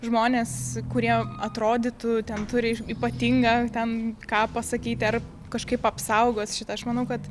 žmonės kurie atrodytų ten turi ypatingą ten ką pasakyti ar kažkaip apsaugot šitą aš manau kad